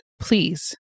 please